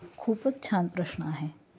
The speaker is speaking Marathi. खूपच छान प्रश्न आहे